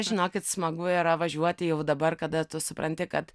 žinokit smagu yra važiuoti jau dabar kada tu supranti kad